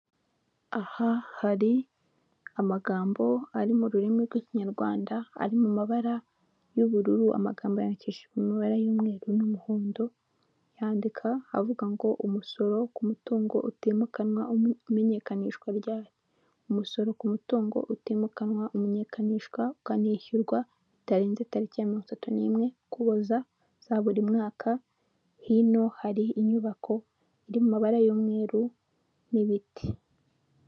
Aha hari amagambo ari mu rurimi rw'ikinyarwanda ari mu mabara y'ubururu amagambo yandikishije mu ibara y'umweru n'umuhondo yandika avuga ngo umusoro ku mutungo utimukanwa umenyekanishwa rya umusoro ku mutungo utimukanwa umenyekanishwa ukanishyurwa bitarenze tariki ya mirongo itatu n'imwe ukuboza za buri mwaka hino hari inyubako iri mu mabara y'umweru n'ibiti.